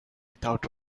without